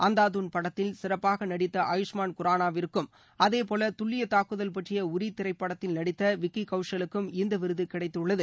அந்தாதுன் படத்தில் சிறப்பாக நடித்த ஆயுஷ்மான் குரானாவிற்கும் அதேபோல துல்லிய தாக்குதல் பற்றிய யூரி திரைப்படத்தில் நடித்த விக்கி கவுசலுக்கும் இந்த விருது கிடைத்துள்ளது